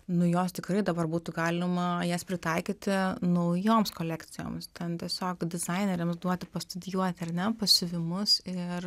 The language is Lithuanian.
nu jos tikrai dabar būtų galima jas pritaikyti naujoms kolekcijoms ten tiesiog dizaineriams duoti pastudijuoti ar ne pasiuvimus ir